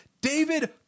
david